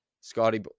scotty